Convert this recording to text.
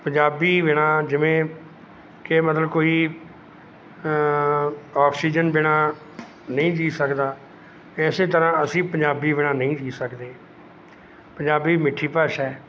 ਪੰਜਾਬੀ ਬਿਨਾਂ ਜਿਵੇਂ ਕਿ ਮਤਲਬ ਕੋਈ ਆਕਸੀਜਨ ਬਿਨਾਂ ਨਹੀਂ ਜੀ ਸਕਦਾ ਇਸ ਤਰ੍ਹਾਂ ਅਸੀਂ ਪੰਜਾਬੀ ਬਿਨਾਂ ਨਹੀਂ ਜੀ ਸਕਦੇ ਪੰਜਾਬੀ ਮਿੱਠੀ ਭਾਸ਼ਾ ਹੈ